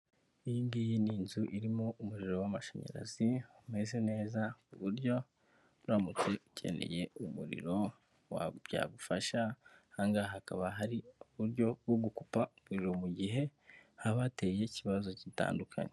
Iyi ngiyi ni inzu irimo umuriro w'amashanyarazi umeze neza ku buryo uramutse ukeneye umuriro byagufasha, aha ngaha hakaba hari uburyo bwo gukupa umuriro mu gihe haba hateye ikibazo gitandukanye.